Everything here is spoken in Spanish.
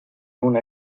una